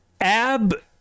Ab